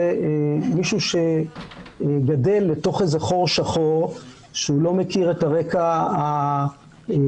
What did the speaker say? מישהו שגדל לתוך איזה חור שחור שהוא לא מכיר את הרקע הגנטי,